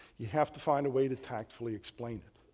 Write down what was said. you have to find a way to tactfully explain it,